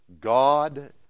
God